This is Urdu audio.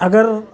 اگر